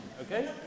Okay